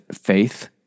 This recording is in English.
faith